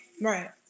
Right